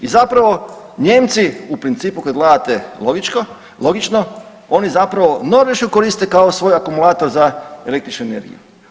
I zapravo Nijemci u principu kad gledate logično, logično oni zapravo Norvešku koriste kao svoj akumulator za električnu energiju.